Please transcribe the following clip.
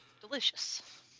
Delicious